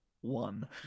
One